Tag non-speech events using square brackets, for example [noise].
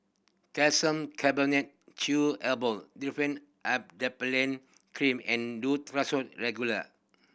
Calcium Carbonate Chewable Differin Adapalene Cream and Duro [unintelligible] Regular